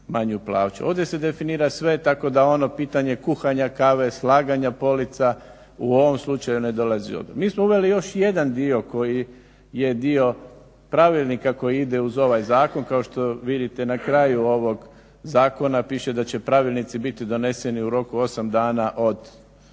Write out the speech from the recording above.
Ovdje se definira sve tako da ono pitanje kuhanja kave, slaganja polica u ovom slučaju ne dolazi u obzir. Mi smo uveli još jedan dio koji je dio pravilnika koji ide uz ovaj zakon. Kao što vidite, na kraju ovog zakona piše da će pravilnici biti doneseni u roku 8 dana od donošenja